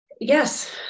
Yes